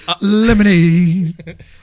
Lemonade